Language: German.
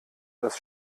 dass